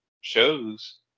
shows